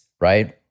right